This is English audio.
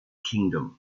kingdom